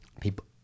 people